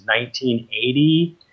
1980